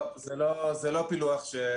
לא, זה לא פילוח שביצענו.